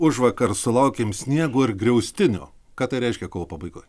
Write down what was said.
užvakar sulaukėm sniego ir griaustinio ką tai reiškia kovo pabaigoj